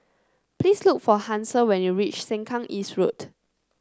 please look for Hansel when you reach Sengkang East Road